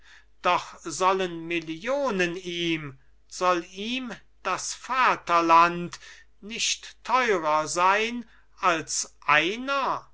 doch sollen millionen ihm soll ihm das vaterland nicht teurer sein als einer